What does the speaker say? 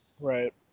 Right